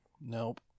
Nope